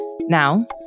Now